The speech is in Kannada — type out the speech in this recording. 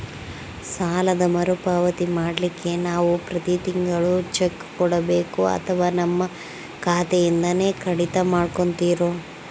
ಸಾಲದ ಮರುಪಾವತಿ ಮಾಡ್ಲಿಕ್ಕೆ ನಾವು ಪ್ರತಿ ತಿಂಗಳು ಚೆಕ್ಕು ಕೊಡಬೇಕೋ ಅಥವಾ ನಮ್ಮ ಖಾತೆಯಿಂದನೆ ಕಡಿತ ಮಾಡ್ಕೊತಿರೋ?